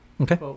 Okay